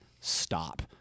stop